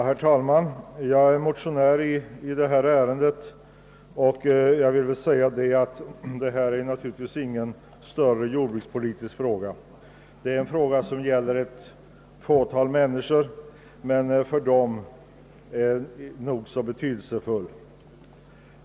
Herr talman! Jag är motionär i detla ärende, som naturligtvis inte rör någon större jordbrukspolitisk fråga. Den gäller ett fåtal människor, men för dem är den nog så betydelsefull.